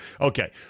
Okay